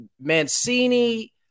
mancini